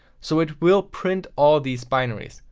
so it will print all these binaries.